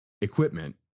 equipment